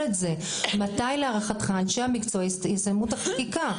את זה: מתי להערכתך אנשי המקצוע יסיימו את החקיקה?